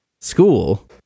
school